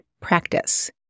practice